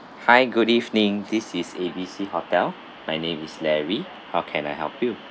hi good evening this is A B C hotel my name is larry how can I help you